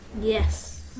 Yes